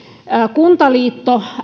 kuntaliitto